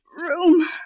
room